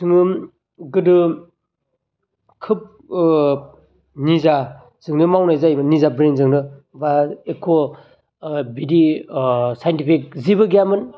जोङो गोदो खोब ओ निजाजोंनो मावनाय जायोमोन निजाब्रेइनजोंनो बा एख' बिदि ओ साइनटिफिक जेबो गैयामोन